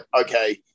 okay